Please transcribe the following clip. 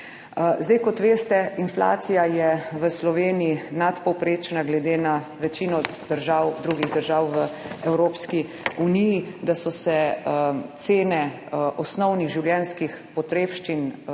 Zdaj, kot veste, inflacija je v Sloveniji nadpovprečna glede na večino držav drugih držav v Evropski uniji, da so se cene osnovnih življenjskih potrebščin zvišale